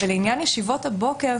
לעניין ישיבות הבוקר,